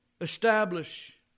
establish